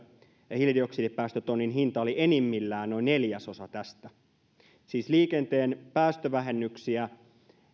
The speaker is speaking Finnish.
hiilidioksidipäästötonnin hinta oli enimmillään noin neljäsosa tästä siis liikenteen päästövähennyksiä